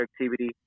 activity